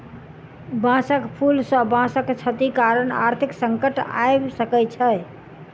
बांसक फूल सॅ बांसक क्षति कारण आर्थिक संकट आइब सकै छै